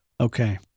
Okay